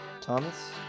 Thomas